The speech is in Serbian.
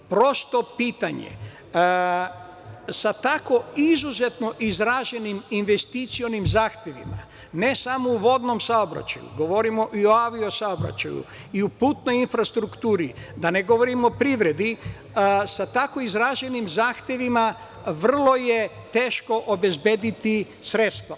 Prosto pitanje, a tako izuzetno izraženim investicionim zahtevima, ne samo u vodnom saobraćaju, govorimo i o avio saobraćaju, i o putnoj infrastrukturi, da ne govorim o privredi, sa tako izraženim zahtevima vrlo je teško obezbedi sredstva.